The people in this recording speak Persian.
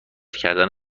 کردن